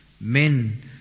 Men